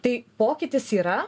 tai pokytis yra